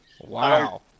wow